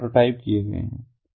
वे prototype किए गए हैं